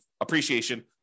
appreciation